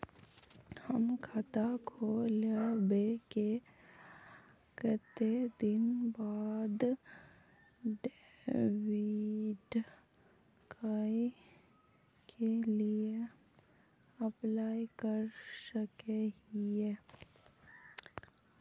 हम खाता खोलबे के कते दिन बाद डेबिड कार्ड के लिए अप्लाई कर सके हिये?